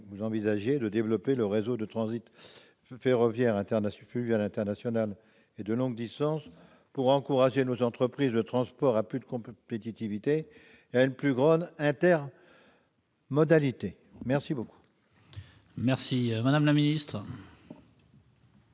au contraire, de développer le réseau de transit fluvial international et de longue distance, pour encourager nos entreprises de transport à plus de compétitivité et à une plus grande intermodalité. La parole est à Mme la ministre.